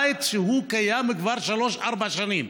בית שקיים כבר שלוש-ארבע שנים.